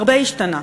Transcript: הרבה השתנה.